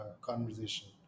conversation